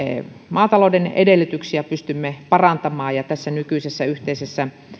maatalouden edellytyksiä pystymme parantamaan ja tässä nykyisessä yhteisessä